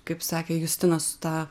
kaip sakė justinas tą